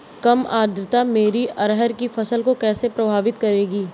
कम आर्द्रता मेरी अरहर की फसल को कैसे प्रभावित करेगी?